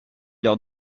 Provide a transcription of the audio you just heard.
leur